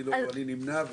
אני נמנע.